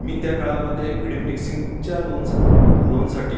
मी त्या काळामध्ये व्हिडीओ मिक्सिंगच्या लोनचं लोनसाठी